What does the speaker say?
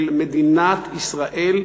של מדינת ישראל,